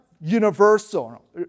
universal